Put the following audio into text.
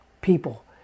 people